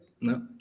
no